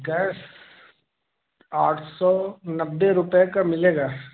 gas आठ सौ नब्बे रुपये का मिलेगा